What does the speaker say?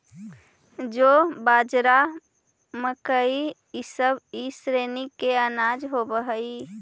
जौ, बाजरा, मकई इसब ई श्रेणी के अनाज होब हई